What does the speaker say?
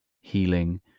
healing